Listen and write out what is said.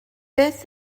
beth